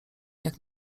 jak